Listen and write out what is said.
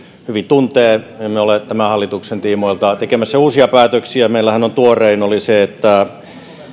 hyvin tuntee emme ole tämän hallituksen tiimoilta tekemässä uusia päätöksiä meillähän tuorein oli se että